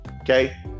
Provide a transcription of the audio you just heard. okay